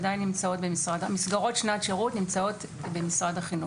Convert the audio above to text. עדיין נמצאות במשרד החינוך.